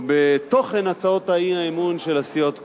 או בתוכן הצעות האי-אמון של הסיעות כולן.